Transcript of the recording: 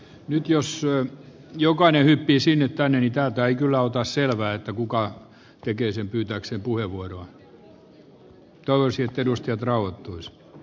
nyt jos syö joka nyppii sinut tänne mitään tai kyllä ottaa selvää vasemmistoliiton vastalause on saman sisältöinen kuin sosialidemokraattien joten kannatan ed